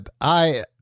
I-